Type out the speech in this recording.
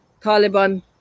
Taliban